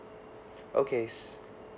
okay